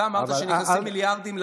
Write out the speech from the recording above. אתה אמרת שנכנסים מיליארדים,